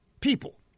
people